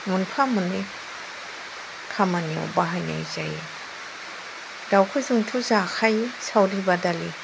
मोनफा मोननै खामानियाव बाहायनाय जायो दावखौ जोंथ' जाखायो सावरि बादालि